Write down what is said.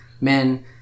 men